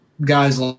guys